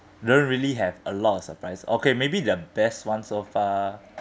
don't really have a lot of surprise okay maybe the best one so far